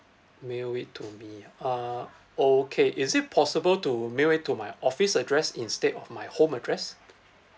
mail it to me uh okay is it possible to mail it to my office address instead of my home address